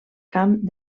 camp